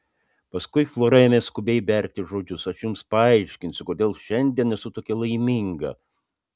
paskui flora ėmė skubiai berti žodžius aš jums paaiškinsiu kodėl šiandien esu tokia laiminga